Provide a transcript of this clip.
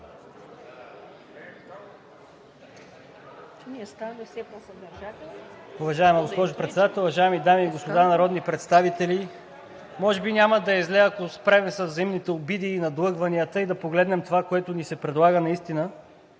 Уважаема госпожо Председател, уважаеми дами и господа народни представители! Може би няма да е зле, ако спрем с взаимните обиди и надлъгванията и да погледнем това, което ни се предлага наистина.